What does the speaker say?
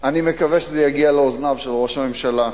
אני מקווה שזה יגיע לאוזניו של ראש הממשלה.